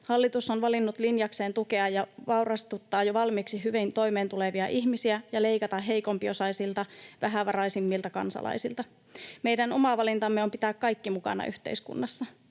Hallitus on valinnut linjakseen tukea ja vaurastuttaa jo valmiiksi hyvin toimeentulevia ihmisiä ja leikata heikompiosaisilta, vähävaraisimmilta kansalaisilta. Meidän oma valintamme on pitää kaikki mukana yhteiskunnassa.